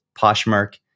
Poshmark